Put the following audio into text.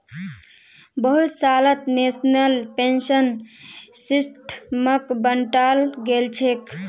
बहुत सालत national pension सिस्टमक बंटाल गेलछेक